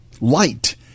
light